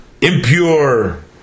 impure